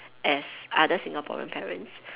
as other Singaporean parents